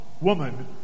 woman